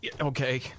okay